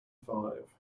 five